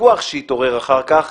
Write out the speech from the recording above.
הוויכוח שהתעורר אחר כך